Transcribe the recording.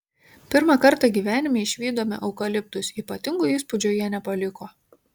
pirmą kartą gyvenime išvydome eukaliptus ypatingo įspūdžio jie nepaliko